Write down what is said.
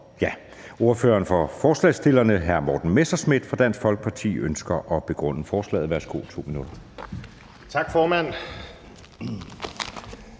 at ordføreren for forslagsstillerne, hr. Morten Messerschmidt fra Dansk Folkeparti, ønsker at begrunde forslaget. Værsgo, 2 minutter. Kl.